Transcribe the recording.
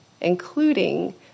including